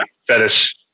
fetish